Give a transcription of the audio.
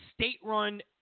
state-run